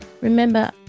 Remember